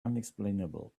unexplainable